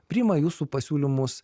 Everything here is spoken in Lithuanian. priima jūsų pasiūlymus